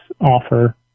offer